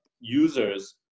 users